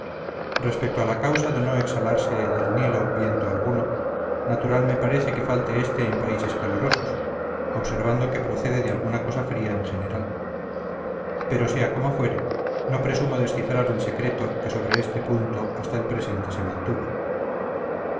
respecto a la causa de no exhalarse del nilo viento alguno natural me parece que falte éste en países calurosos observando que procede de alguna cosa fría en general pero sea como fuere no presumo descifrar el secreto que sobre este punto hasta el presente se mantuvo